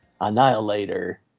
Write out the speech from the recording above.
Annihilator